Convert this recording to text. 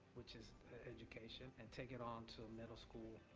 which is education, and take it on to the middle school,